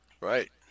Right